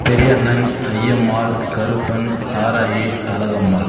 Periyannan Ayyammal Karuppan Aarayi Alagammal